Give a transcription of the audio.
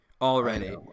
already